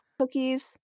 cookies